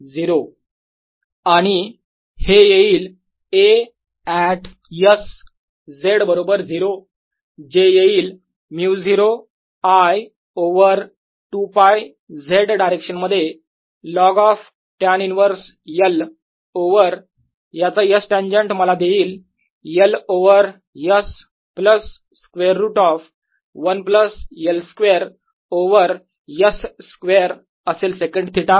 Asz00I4π LLdzs2z2z0I4π×20Ldzs2z2z0I2πz0Ls ssec2ssecθdθ0I2πzln ।sec θtan ।0Ls आणि हे येईल A ऍट s z बरोबर 0 जे येईल μ0 I ओवर 2π Z डायरेक्शन मध्ये log of tan inverse L over याचा S टेन्जेन्ट मला देईल L over S plus square root of 1 plus L square over S square असेल सेकन्ट थिटा